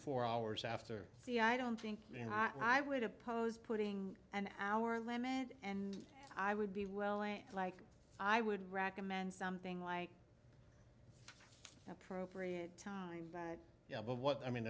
four hours after the i don't think i would oppose putting an hour limit and i would be well and like i would recommend something like appropriate time yeah but what i mean